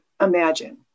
imagine